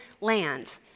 land